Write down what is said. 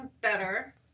better